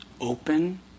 open